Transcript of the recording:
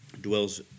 dwells